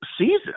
season